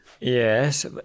Yes